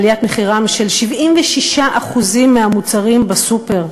לעליית מחירם של 76% מהמוצרים בסופר,